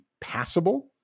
passable